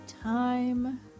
time